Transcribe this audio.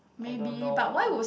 I don't know